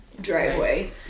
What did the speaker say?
driveway